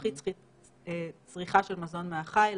להפחית צריכה של מזון מן החי,